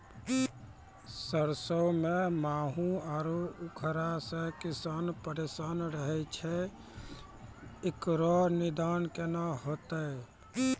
सरसों मे माहू आरु उखरा से किसान परेशान रहैय छैय, इकरो निदान केना होते?